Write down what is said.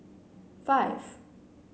five